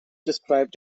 describe